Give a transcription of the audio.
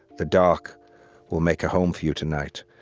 the dark will make a home for you tonight.